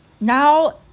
Now